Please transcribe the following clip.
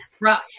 rough